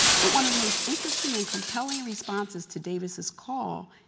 but one of the most interesting and compelling responses to davis' call,